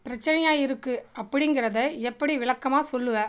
பிரச்சனையாக இருக்கு அப்படிங்கறதை எப்படி விளக்கமாக சொல்லுவ